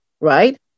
right